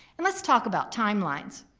and let's talk about timelines.